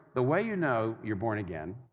the way you know you're born again,